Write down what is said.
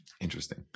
Interesting